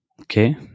Okay